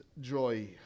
joy